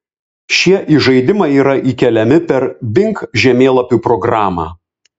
šie į žaidimą yra įkeliami per bing žemėlapių programą